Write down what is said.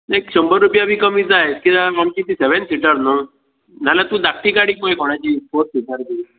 एक शंबर रुपया बी कमी जायत कित्याक आमची ती सॅवॅन सिटर न्हय ना जाल्यार तूं धाकटी गाडी पळय कोणाची फो सिटर बी